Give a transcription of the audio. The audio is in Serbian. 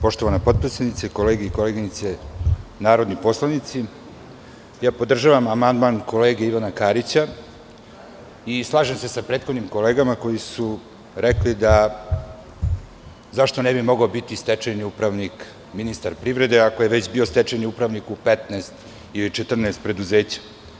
Poštovana predsedavajuća, uvaženi ministre, podržavam amandman kolege Ivana Karića i slažem se sa prethodnim kolegama koji su rekli, zašto ne bi mogao biti stečajni upravnik ministar privrede ako je već bio stečajni upravnik u 14 preduzeća.